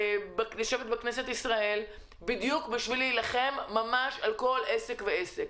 בכנסת ישראל, כדי להילחם ממש על כל עסק ועסק.